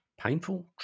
painful